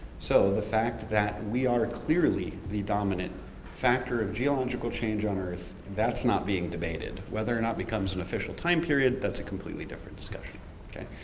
so, the fact that we are clearly the dominant factor of geological change on earth. that's not being debated. whether or not it becomes an official time period, that's a completely different discussion okay.